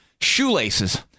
shoelaces